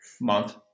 month